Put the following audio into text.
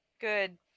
Good